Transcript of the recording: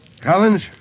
Collins